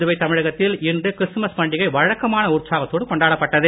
புதுவை தமிழகத்தில் இன்று கிறிஸ்துமஸ் பண்டிகை வழக்கமான உற்சாகத்தோடு கொண்டாடப்பட்டது